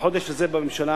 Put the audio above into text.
בחודש הזה בממשלה,